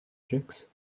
tricks